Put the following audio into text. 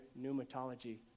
pneumatology